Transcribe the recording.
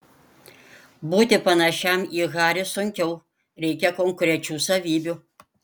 būti panašiam į harį sunkiau reikia konkrečių savybių